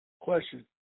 question